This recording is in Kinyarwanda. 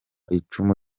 icumu